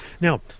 Now